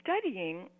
studying